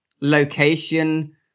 location